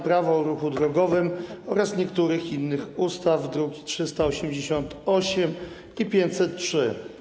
Prawo o ruchu drogowym oraz niektórych innych ustaw, druki nr 388 i 503.